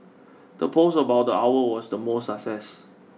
the post about the owl was the most success